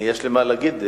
יש לי מה להגיד.